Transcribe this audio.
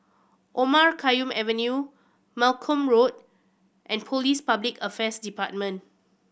Omar Khayyam Avenue Malcolm Road and Police Public Affairs Department